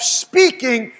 speaking